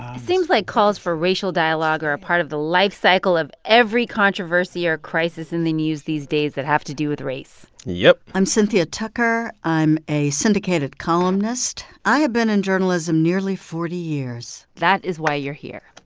seems like calls for racial dialogue are a part of the life cycle of every controversy or crisis in the news these days that have to do with race yep i'm cynthia tucker. i'm a syndicated columnist. i have been in journalism nearly forty years that is why you're here